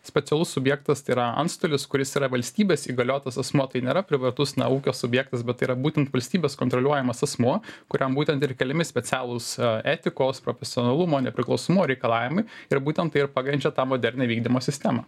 specialus subjektas tai yra antstolis kuris yra valstybės įgaliotas asmuo tai nėra privatus ūkio subjektas bet yra būtent valstybės kontroliuojamas asmuo kuriam būtent ir keliami specialūs etikos profesionalumo nepriklausomumo reikalavimai ir būtent tai ir pagrindžia tą modernią vykdymo sistemą